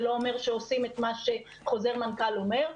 זה לא אומר שעושים את מה שחוזר מנכ"ל אומר,